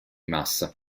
massa